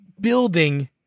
building